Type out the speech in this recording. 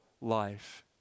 life